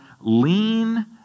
lean